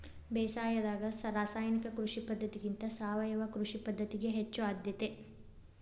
ಬೇಸಾಯದಾಗ ರಾಸಾಯನಿಕ ಕೃಷಿ ಪದ್ಧತಿಗಿಂತ ಸಾವಯವ ಕೃಷಿ ಪದ್ಧತಿಗೆ ಹೆಚ್ಚು ಆದ್ಯತೆ